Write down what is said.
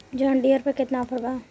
John Deere पर केतना offer बा?